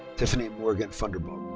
tiffany morgan funderburk.